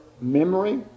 memory